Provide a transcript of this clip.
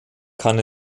kann